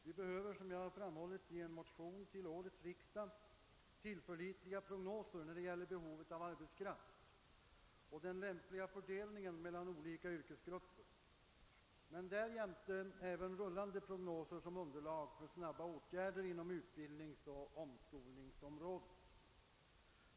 Vi behöver, som jag framhållit i en motion till årets riksdag, tillförlitliga prognoser när det gäller behovet av arbetskraft och den lämpliga fördelningen mellan olika yrkesgrupper men därjämte även rullande prognoser som underlag för snabba åtgärder inom utbildningsoch omskolningsområdet.